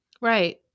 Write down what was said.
Right